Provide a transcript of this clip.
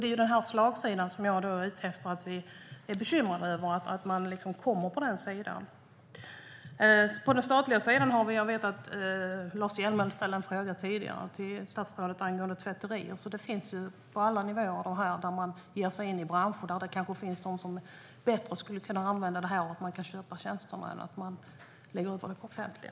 Det är den slagsidan som jag är bekymrad över, att man kommer på den sidan. Vi har också den statliga sidan. Jag vet att Lars Hjälmered tidigare ställde en fråga till statsrådet angående tvätterier, så detta finns på alla nivåer, där man ger sig in i branscher där det kanske finns de som bättre skulle kunna använda detta att man kan köpa tjänsterna än att man lägger ut det på det offentliga.